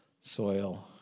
soil